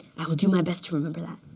i will do my best to remember that.